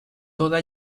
toda